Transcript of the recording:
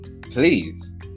Please